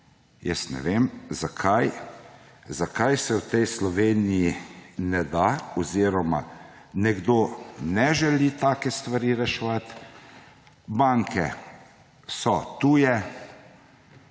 Jaz ne vem, zakaj se v tej Sloveniji ne da oziroma nekdo ne želi takih stvari reševati; banke so tuje,